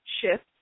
shift